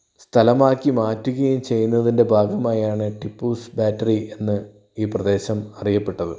സ്ഥലമാക്കി മാറ്റുകയും ചെയ്യുന്നതി ൻ്റെ ഭാഗമായാണ് ടിപ്പൂസ് ബാറ്ററി എന്ന് ഈ പ്രദേശം അറിയപ്പെട്ടത്